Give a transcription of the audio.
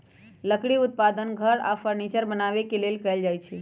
लकड़ी उत्पादन घर आऽ फर्नीचर बनाबे के लेल कएल जाइ छइ